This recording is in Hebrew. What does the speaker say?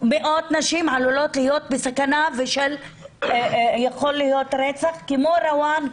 מאות נשים עלולות להיות בסכנה ויכול להיות רצח כמו רואן,